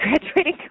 graduating